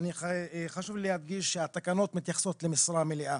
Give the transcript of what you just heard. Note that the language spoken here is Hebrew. אני חשוב לי להדגיש שהתקנות מתייחסות למשרה מלאה.